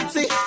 See